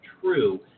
true